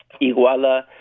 Iguala